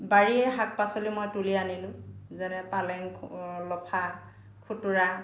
বাৰীয়ে শাক পাচলি মই তুলি আনিলোঁ যেনে পালেং লফা খুতুৰা